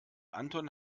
anton